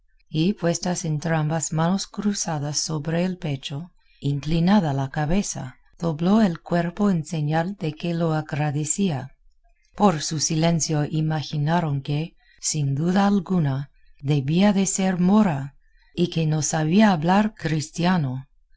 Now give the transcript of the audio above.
y puestas entrambas manos cruzadas sobre el pecho inclinada la cabeza dobló el cuerpo en señal de que lo agradecía por su silencio imaginaron que sin duda alguna debía de ser mora y que no sabía hablar cristiano